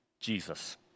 Jesus